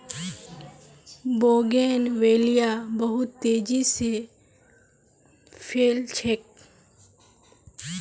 bougainvillea बहुत तेजी स फैल छेक